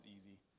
easy